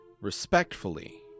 respectfully